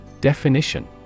Definition